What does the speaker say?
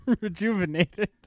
rejuvenated